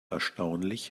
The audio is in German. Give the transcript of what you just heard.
erstaunlich